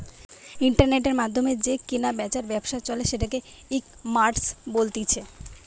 ইন্টারনেটের মাধ্যমে যে কেনা বেচার ব্যবসা চলে সেটাকে ইকমার্স বলতিছে